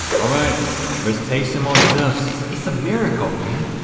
all right, let's taste some more stuffs. it's a miracle, man.